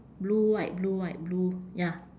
blue white blue white blue ya